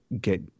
get